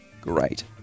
great